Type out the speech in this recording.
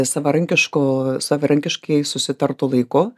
savarankišku savarankiškai susitartu laiku